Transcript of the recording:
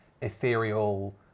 ethereal